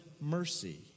mercy